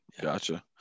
gotcha